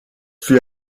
fut